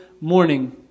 morning